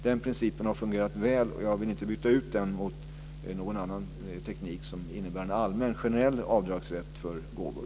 Den principen har fungerat väl, och jag vill inte byta ut den mot någon annan teknik som innebär en allmän generell avdragsrätt för gåvor.